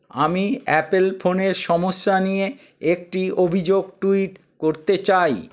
আমি অ্যাপেল ফোনের সমস্যা নিয়ে একটি অভিযোগ ট্যুইট করতে চাই